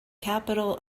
capital